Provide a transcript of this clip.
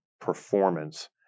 performance